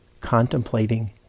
contemplating